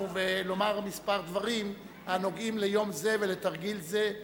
ולומר כמה דברים הנוגעים ליום זה ולתרגיל זה.